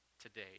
today